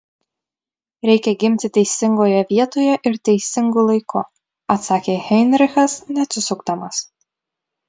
reikia gimti teisingoje vietoje ir teisingu laiku atsakė heinrichas neatsisukdamas